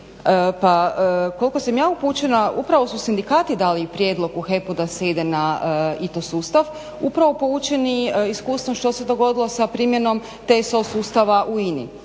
Pa koliko sam ja upućena upravo su sindikati dali prijedlog u HEP-u da se ide na ITO sustav upravo poučeni iskustvom što se dogodilo sa primjenom TSO sustava u INA-i.